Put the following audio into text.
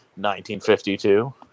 1952